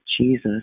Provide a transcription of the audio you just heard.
Jesus